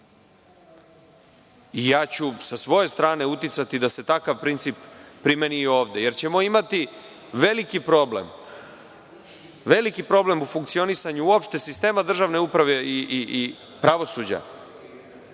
Ja ću sa svoje strane uticati da se takav princip primeni i ovde, jer ćemo imati veliki problem u funkcionisanju uopšte sistema državne uprave i pravosuđa.